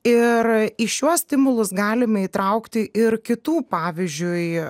ir į šiuos stimulus galime įtraukti ir kitų pavyzdžiui